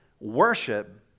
worship